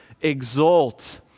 exult